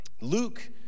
Luke